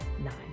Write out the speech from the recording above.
nine